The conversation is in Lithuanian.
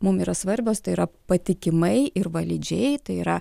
mum yra svarbios tai yra patikimai ir validžiai tai yra